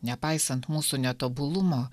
nepaisant mūsų netobulumo